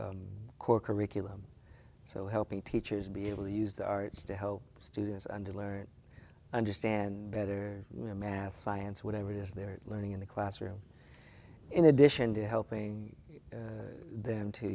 core curriculum so helping teachers be able to use the arts to help students underline understand better where math science whatever it is they're learning in the classroom in addition to helping them to